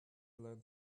learn